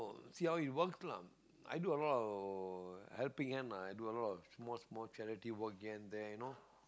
see how it works lah i do a lot of helping hand ah i do a lot of small small charity work here and there you know